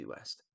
West